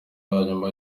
hanyuma